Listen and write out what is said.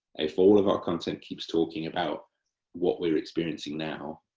if all of our content keeps talking about what we're experiencing now,